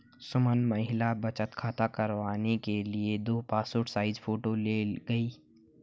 सुमन महिला बचत खाता करवाने के लिए दो पासपोर्ट साइज फोटो ले गई